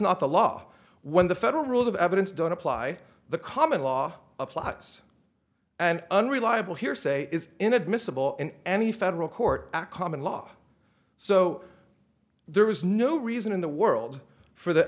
not the law when the federal rules of evidence don't apply the common law applies and unreliable hearsay is inadmissible in any federal court act common law so there is no reason in the world for the